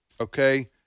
Okay